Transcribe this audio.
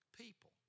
people